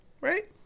right